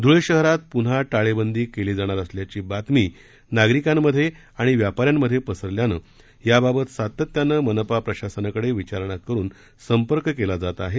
ध्ळे शहरात प्न्हा टाळेबंदी केली जाणार असल्याची बातमी नागरिकांमध्ये व व्यापाऱ्यांमध्ये पसरल्यानं याबाबत सातत्यानं मनपा प्रशासनाकडं विचारणा करून संपर्क केला जात आहे